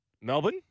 Melbourne